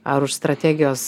ar už strategijos